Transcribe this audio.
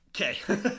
okay